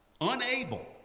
unable